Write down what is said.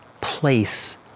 place